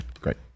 great